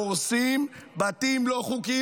הורסים בתים לא חוקיים.